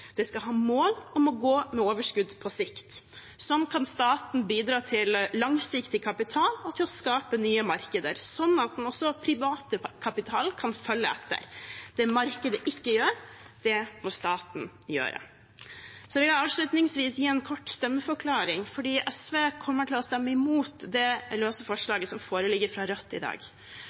skal ha mål om å gå med overskudd på sikt. Slik kan staten bidra til langsiktig kapital og til å skape nye markeder, slik at også den private kapitalen kan følge etter. Det markedet ikke gjør, må staten gjøre. Så vil jeg avslutningsvis gi en kort stemmeforklaring. SV kommer til å stemme imot det løse forslaget som foreligger fra Rødt i dag.